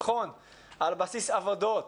הערכה חלופית על בסיס עבודות.